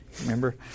remember